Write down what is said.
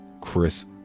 chris